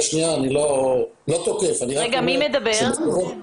אני לא תוקף, אני רק מעלה שאלה.